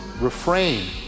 refrain